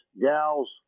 Gals